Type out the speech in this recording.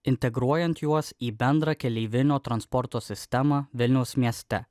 integruojant juos į bendrą keleivinio transporto sistemą vilniaus mieste